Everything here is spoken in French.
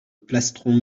plastron